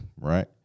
right